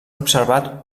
observat